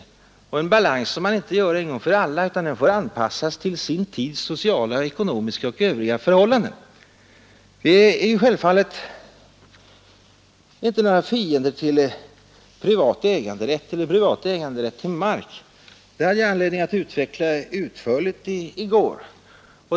Det måste vara en balans som man inte gör en gång för alla utan som får anpassas till sin tids sociala, ekonomiska och övriga förhållanden. Vi är självfallet inte några fiender till privat äganderätt till mark — det hade jag anledning att utveckla utförligt i går.